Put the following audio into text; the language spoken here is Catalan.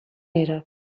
era